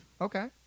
Okay